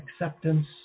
acceptance